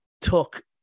took